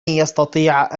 يستطيع